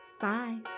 Bye